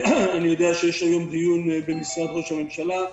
אני יודע שיש היום דיון במשרד ראש הממשלה.